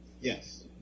Yes